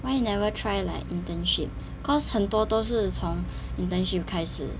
why you never try like internship cause 很多都是从 internship 开始